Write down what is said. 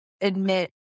admit